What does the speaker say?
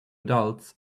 adults